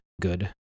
good